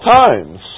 times